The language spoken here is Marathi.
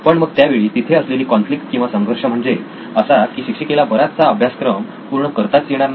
पण मग त्यावेळी तिथे असलेली कॉन्फ्लिक्ट किंवा संघर्ष म्हणजे असा की शिक्षिकेला बराचसा अभ्यासक्रम पूर्ण करताच येणार नाही